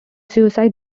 suicide